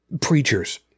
preachers